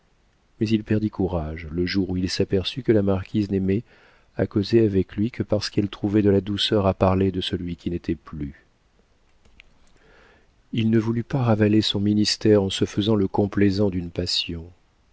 mais il perdit courage le jour où il s'aperçut que la marquise n'aimait à causer avec lui que parce qu'elle trouvait de la douceur à parler de celui qui n'était plus il ne voulut pas ravaler son ministère en se faisant le complaisant d'une passion